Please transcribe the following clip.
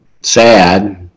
sad